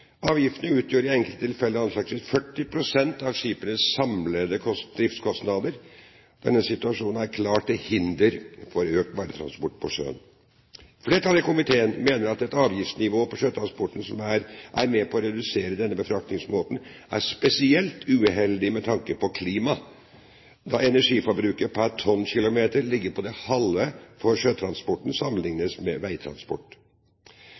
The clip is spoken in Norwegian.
Avgiftene utgjør i enkelte tilfeller anslagsvis 40 pst. av skipenes samlede driftskostnader. Denne situasjonen er klart til hinder for økt varetransport på sjøen. Flertallet i komiteen mener at et avgiftsnivå på sjøtransporten som er med på å redusere denne befraktningsmåten, er spesielt uheldig med tanke på klimaet, da energiforbruket per tonnkilometer ligger på det halve for sjøtransporten sammenlignet med veitransport.